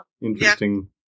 interesting